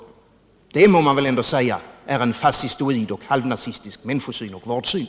Det må man väl ändå säga är en fascistoid och halvnazistisk människosyn på vården.